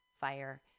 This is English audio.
fire